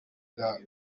bw’aba